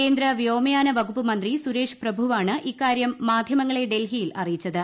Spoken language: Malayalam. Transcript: കേന്ദ്ര വ്യോമയാന വകുപ്പ്മന്ത്രി സുരേഷ് പ്രഭുവാണ് ഇക്കാരൃം മാധ്യമങ്ങളെ ഡൽഹിയിൽ അറിയിച്ചത്